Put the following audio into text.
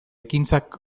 ekintzak